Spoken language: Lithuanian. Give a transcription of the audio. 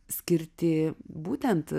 skirti būtent